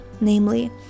namely